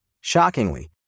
Shockingly